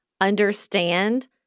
understand